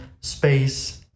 space